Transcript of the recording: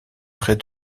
près